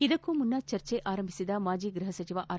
ಇದಕ್ಕೂ ಮುನ್ನ ಚರ್ಚೆ ಆರಂಭಿಸಿದ ಮಾಜಿ ಗೃಹ ಸಚಿವ ಆರ್